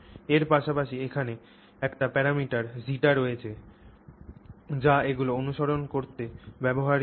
এর পাশাপাশি এখানে একটি প্যারামিটার ζ রয়েছে যা এগুলি অনুসরণ করতে ব্যবহৃত হয়